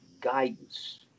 guidance